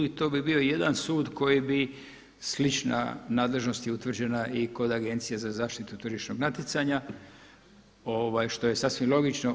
I to bi bio jedan sud koji bi slična nadležnost je utvrđena i kod Agencije za zaštitu tržišnog natjecanja što je sasvim logično.